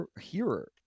hearer